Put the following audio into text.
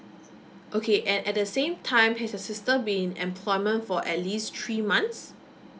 okay and at the same time has the sister been in employment for at least three months